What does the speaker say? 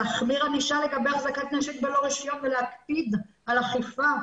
להחמיר ענישה לגבי החזקת נשק בלא רישיון להכביד על אכיפה.